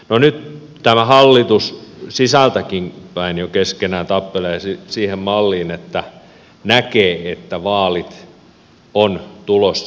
no nyt tämä hallitus sisältäkin päin jo keskenään tappelee siihen malliin että näkee että vaalit ovat tulossa